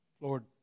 Lord